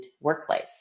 workplace